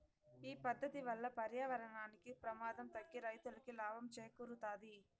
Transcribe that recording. ఈ పద్దతి వల్ల పర్యావరణానికి ప్రమాదం తగ్గి రైతులకి లాభం చేకూరుతాది